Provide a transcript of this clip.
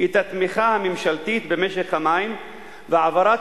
את התמיכה הממשלתית במשק המים והעברת